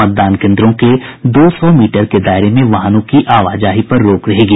मतदान केन्द्रों के दो सौ मीटर के दायरे में वाहनों की आवाजाही पर रोक रहेगी